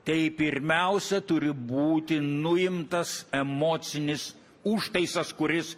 tai pirmiausia turi būti nuimtas emocinis užtaisas kuris